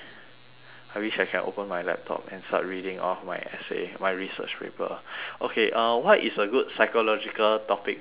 I wish I can open my laptop and start reading off my essay my research paper okay uh what is a good psychological topic to uh